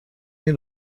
این